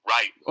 Right